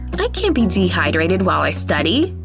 i can't be dehydrated while i study!